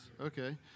Okay